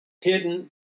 hidden